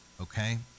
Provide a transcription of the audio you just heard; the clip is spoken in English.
okay